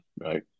right